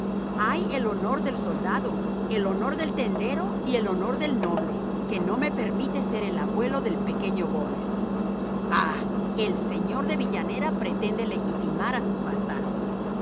hay el honor del soldado el honor del tendero y el honor del noble que no me permite ser el abuelo del pequeño gómez ah el señor de villanera pretende legitimar a sus bastardos